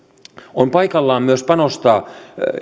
on paikallaan myös panostaa